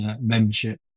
membership